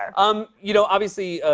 um you know, obviously,